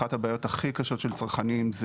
אחת הבעיות הכי קשות של הצרכנים היא